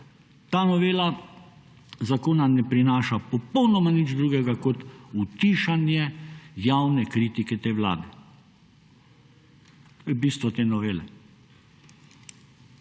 ta novela zakona ne prinaša popolnoma nič drugega kot utišanje javne kritike te vlade. To je bistvo te novele.